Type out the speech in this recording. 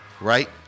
right